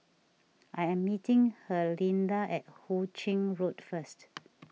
I am meeting Herlinda at Hu Ching Road first